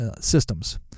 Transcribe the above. systems